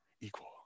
equal